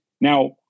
Now